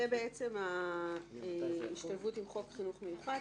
זה ההשתלבות עם חוק חינוך מיוחד,